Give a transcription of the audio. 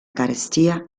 carestia